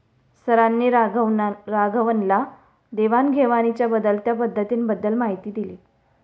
सरांनी राघवनला देवाण घेवाणीच्या बदलत्या पद्धतींबद्दल माहिती दिली